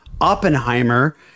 Oppenheimer